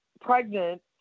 pregnant